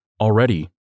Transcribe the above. Already